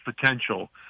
potential